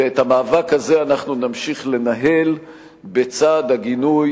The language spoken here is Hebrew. ואת המאבק הזה אנחנו נמשיך לנהל בצד הגינוי